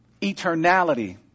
eternality